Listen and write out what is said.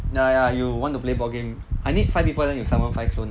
ya ya you want to play ball game I need five people then you sign one five